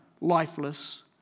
lifeless